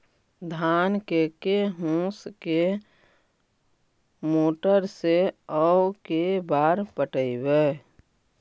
धान के के होंस के मोटर से औ के बार पटइबै?